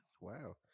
Wow